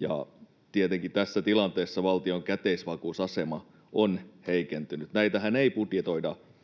Ja tietenkin tässä tilanteessa valtion käteisvakuusasema on heikentynyt. Näitähän ei budjetoida